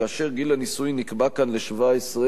כאשר גיל הנישואים נקבע כאן ל-17,